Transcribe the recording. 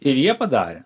ir jie padarė